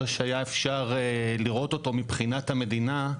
שהיה אפשר לראות אותו מבחינת המדינה,